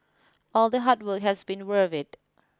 all the hard work has been worth it